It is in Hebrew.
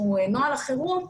שהוא נוהל החירום,